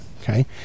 okay